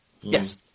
Yes